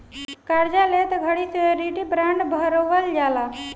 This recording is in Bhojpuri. कार्जा लेत घड़ी श्योरिटी बॉण्ड भरवल जाला